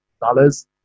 dollars